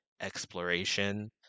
exploration